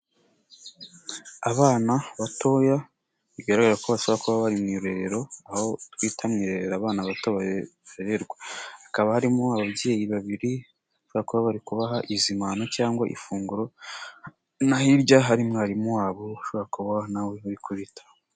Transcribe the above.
Abana batoya, bigaragara ko basaba kuba bari mu rerero, aho twita mu irerero abana bato barererwa, hakaba harimo ababyeyi babiri bashobora kuba bari kubaha izimano cyangwa ifunguro, no hirya hari umwarimu wabo ushobora kubaha na we uri kubita.